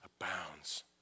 abounds